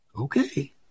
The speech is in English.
Okay